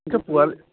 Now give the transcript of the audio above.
এতিয়া পোৱালি